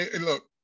look